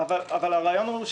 יש